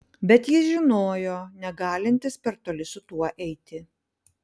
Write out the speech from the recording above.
bet jis žinojo negalintis per toli su tuo eiti